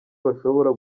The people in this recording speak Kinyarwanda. bashobora